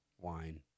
wine